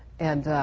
and